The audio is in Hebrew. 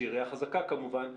שהיא עירייה חזקה כמובן,